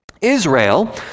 Israel